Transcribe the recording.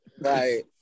right